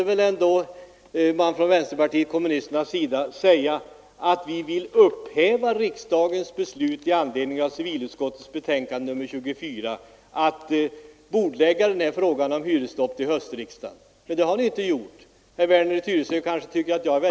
Kommunerna hade att röra sig med ett taxeringsutfall som var 11 procent högre än åren förut.